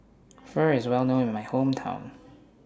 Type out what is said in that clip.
Pho IS Well known in My Hometown